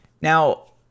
now